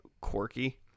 quirky